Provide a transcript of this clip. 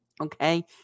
Okay